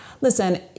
listen